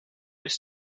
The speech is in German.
ist